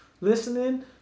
listening